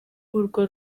urwo